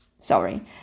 Sorry